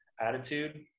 attitude